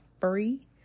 Free